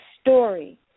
story